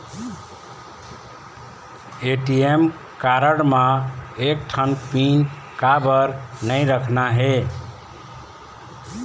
ATM card म एक ठन पिन काबर नई रखना हे?